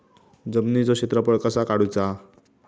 जमिनीचो क्षेत्रफळ कसा काढुचा?